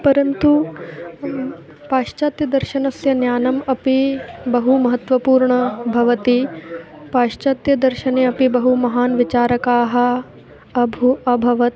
परन्तु पाश्चात्यदर्शनस्य ज्ञानम् अपि बहु महत्वपूर्णं भवति पाश्चात्य दर्शने अपि बहु महान् विचारकाः अभु अभवन्